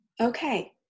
Okay